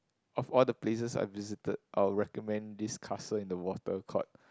of all the places I've visited I will recommend this castle in the water called